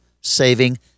Saving